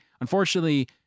Unfortunately